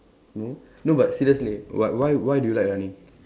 no no but seriously why why why do you like running